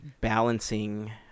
balancing